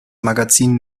magazin